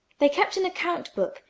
they kept an account book,